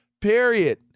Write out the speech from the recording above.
period